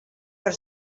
per